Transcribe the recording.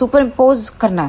superpose करना है